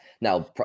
now